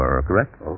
correct